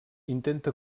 intenta